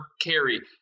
carry